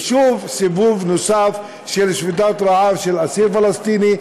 ושוב סיבוב נוסף של שביתת רעב של אסיר פלסטיני,